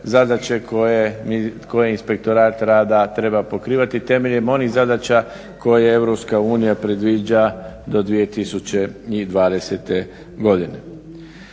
koje inspektorat rada treba pokrivati temeljem onih zadaća koje EU predviđa do 2020.godine.